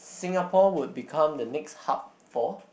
Singapore would become the next hub for